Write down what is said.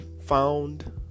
found